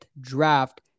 draft